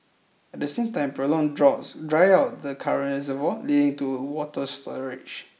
at the same time prolonged droughts dry out the current reservoir leading to water storage